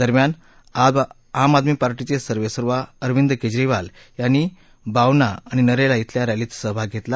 दरम्यान आम आदमी पार्टीचे सर्वेसर्व अरविंद केजरीवाल यांनी बावना आणि नरेला इथल्या रॅलीत भाग घेतला